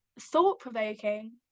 thought-provoking